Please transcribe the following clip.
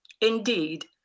Indeed